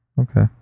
Okay